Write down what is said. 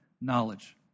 knowledge